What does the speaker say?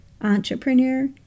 entrepreneur